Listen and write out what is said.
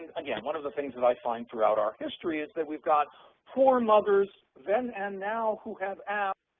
again, one of the things that i find throughout our history is that we've got poor mothers then and now who have asked